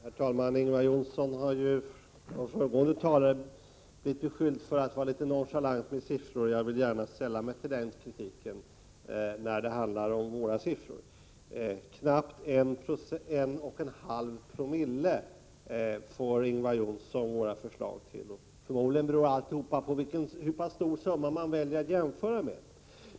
Herr talman! Ingvar Johnsson har av föregående talare blivit beskylld för att vara litet nonchalant med siffror. Jag vill när det handlar om våra siffror i centerpartiet gärna sälla mig till den kritiken. Knappt en och en halv promille får Ingvar Johnsson våra förslag till. Förmodligen beror allt på hur pass stor summa man väljer att jämföra med.